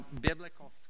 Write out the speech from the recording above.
biblical